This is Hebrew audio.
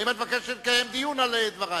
האם את מבקשת לקיים דיון על דברייך?